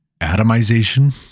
atomization